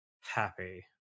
happy